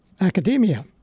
academia